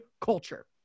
culture